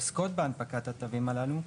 בהנפקת התווים הללו,